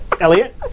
Elliot